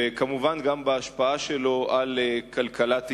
וכמובן גם בהשפעה שלו על כלכלת ישראל.